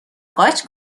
قاچ